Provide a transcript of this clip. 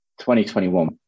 2021